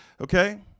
okay